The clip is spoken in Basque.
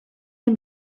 den